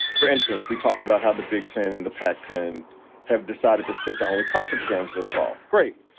for instance, we talked about how the big ten in the pectin have decided to stick to only conference games this fall. great.